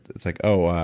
it's like, oh,